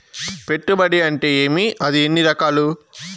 పెట్టుబడి అంటే ఏమి అది ఎన్ని రకాలు